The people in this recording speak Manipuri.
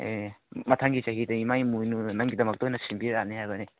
ꯑꯦ ꯃꯊꯪꯒꯤ ꯆꯍꯤꯗ ꯏꯃꯥ ꯏꯃꯣꯏꯅꯨꯅ ꯅꯪꯒꯤꯗꯃꯛꯇ ꯑꯣꯏꯅ ꯁꯤꯟꯕꯤꯔꯛꯑꯅꯤ ꯍꯥꯏꯕꯅꯤ